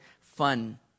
fun